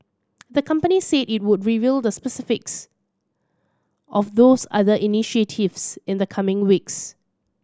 the company said it would reveal the specifics of those other initiatives in the coming weeks